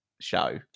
show